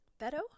Beto